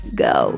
go